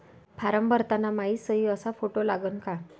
Form भरताना मायी सयी अस फोटो लागन का?